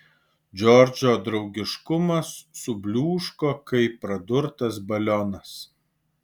džordžo draugiškumas subliūško kaip pradurtas balionas